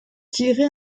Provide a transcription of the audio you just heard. tirez